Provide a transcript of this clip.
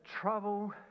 trouble